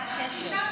מה הקשר?